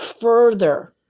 further